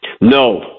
No